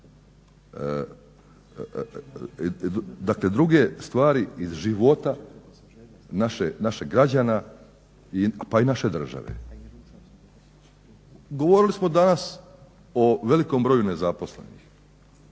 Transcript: dakle druge stvari iz života naših građana pa i naše države. Govorili smo danas o velikom broju nezaposlenih.